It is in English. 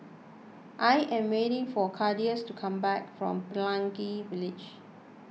I am waiting for Claudius to come back from Pelangi Village